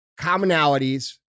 commonalities